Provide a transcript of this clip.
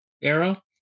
era